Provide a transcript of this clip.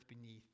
beneath